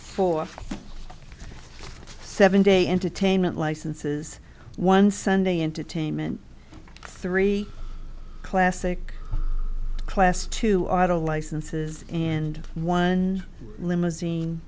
ur seven day entertainment licenses one sunday entertainment three classic class two ata licenses and one limousine